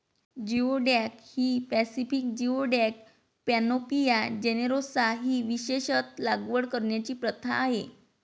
geoduck ही Pacific geoduck, Panopea generosa ही विशेषत लागवड करण्याची प्रथा आहे